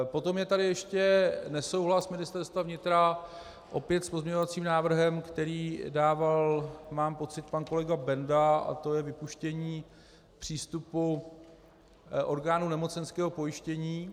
Potom je tady ještě nesouhlas Ministerstva vnitra opět s pozměňovacím návrhem, který dával, mám pocit, kolega Benda, a to je vypuštění přístupu orgánů nemocenského pojištění.